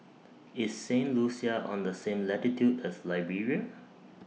IS Saint Lucia on The same latitude as Liberia